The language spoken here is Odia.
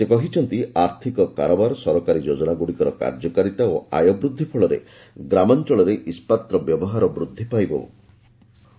ସେ କହିଛନ୍ତି ଆର୍ଥିକ କାରବାର ସରକାରୀ ଯୋଜନାଗୁଡ଼ିକର କାର୍ଯ୍ୟକାରିତା ଓ ଆୟ ବୃଦ୍ଧି ଫଳରେ ଗ୍ରାମାଞ୍ଚଳରେ ଇସ୍କାତର ବ୍ୟବହାର ବୃଦ୍ଧି ପାଇବ ବୋଲି ଶ୍ରୀ ପ୍ରଧାନ କହିଛନ୍ତି